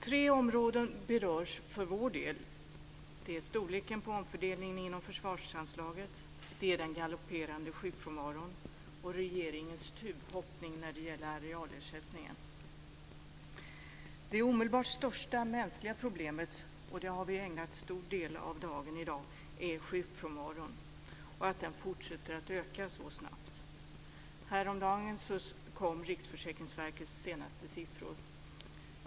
Tre områden berörs för vår del, nämligen storleken på omfördelningen inom försvarsanslaget, den galopperande sjukfrånvaron och regeringens tuvhoppning när det gäller arealersättningen. Det omedelbart största, mänskliga problemet - och det en stor del av dagen ägnats åt - är att sjukfrånvaron fortsätter att öka så snabbt. Häromdagen kom Riksförsäkringsverkets senaste siffror.